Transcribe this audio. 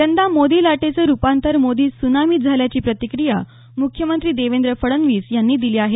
यंदा मोदी लाटेचं रुपांतर मोदी त्सूनामीत झाल्याची प्रतिक्रिया मुख्यमंत्री देवेंद्र फडणवीस यांनी दिली आहे